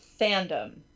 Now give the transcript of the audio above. fandom